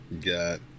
Got